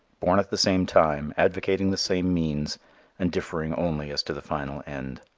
born at the same time, advocating the same means and differing only as to the final end.